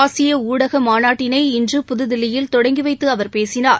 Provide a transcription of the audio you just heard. ஆசிய ஊடக மாநாட்டினை இன்று புதுதில்லியில் தொடங்கி வைத்து அவர் பேசினார்